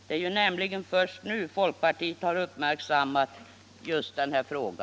Det är nämligen först nu folkpartiet har uppmärksammat denna fråga.